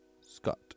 Scott